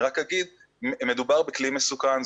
אני רק אגיד שמדובר בכלי מסוכן,